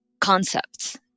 concepts